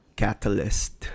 catalyst